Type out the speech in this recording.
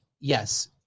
yes